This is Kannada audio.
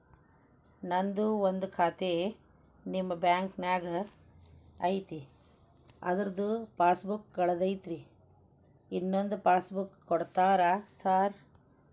ನಂದು ಒಂದು ಖಾತೆ ನಿಮ್ಮ ಬ್ಯಾಂಕಿನಾಗ್ ಐತಿ ಅದ್ರದು ಪಾಸ್ ಬುಕ್ ಕಳೆದೈತ್ರಿ ಇನ್ನೊಂದ್ ಪಾಸ್ ಬುಕ್ ಕೂಡ್ತೇರಾ ಸರ್?